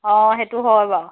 অঁ সেইটো হয় বাৰু